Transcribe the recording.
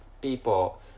people